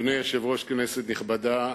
אדוני היושב-ראש, כנסת נכבדה,